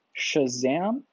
Shazam